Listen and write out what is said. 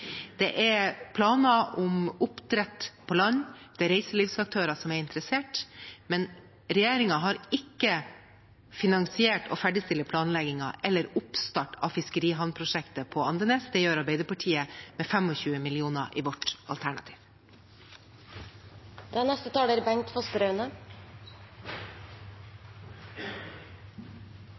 Det er planer om oppdrett på land, det er reiselivsaktører som er interessert, men regjeringen har ikke finansiert å ferdigstille planleggingen eller starte opp fiskerihavnprosjektet på Andenes. Det gjør vi i Arbeiderpartiet med 25 mill. kr i vårt alternativ. Statsbudsjettet til Høyre, Fremskrittspartiet, Venstre og Kristelig Folkeparti er